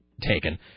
taken